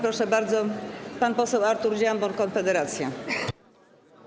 Proszę bardzo, pan poseł Artur Dziambor, Konfederacja.